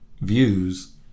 views